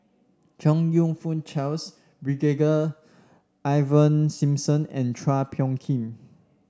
Chong You Fook Charles Brigadier Ivan Simson and Chua Phung Kim